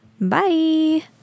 Bye